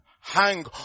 hang